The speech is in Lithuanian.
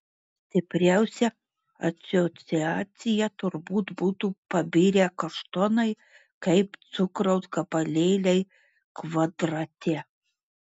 stipriausia asociacija turbūt būtų pabirę kaštonai kaip cukraus gabalėliai kvadrate